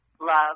love